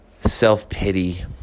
self-pity